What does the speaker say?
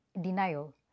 denial